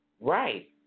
Right